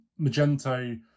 Magento